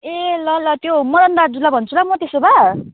ए ल ल त्यो मदन दाजुलाई भन्छु ल म त्यसो भए